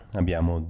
abbiamo